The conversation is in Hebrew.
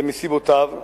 מסיבותיו,